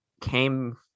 came